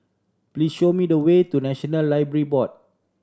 please show me the way to National Library Board